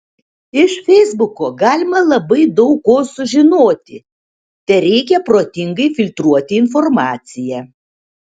iš feisbuko galima labai daug ko sužinoti tereikia protingai filtruoti informaciją